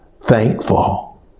Thankful